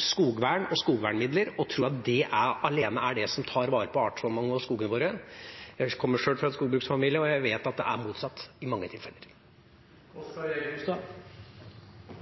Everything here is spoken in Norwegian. skogvern og skogvernmidler og tror at det alene er det som tar vare på artsmangfoldet og skogene våre. Jeg kommer sjøl fra en jordbruksfamilie, og jeg vet at det er motsatt i mange tilfeller.